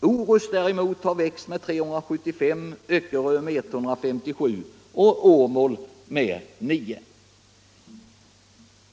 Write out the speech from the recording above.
Orust däremot har växt med 375, Öckerö med 157 och Åmål med 9.